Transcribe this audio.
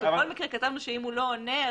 בכל מקרה כתבנו שאם הוא לא עונה,